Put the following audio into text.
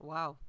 Wow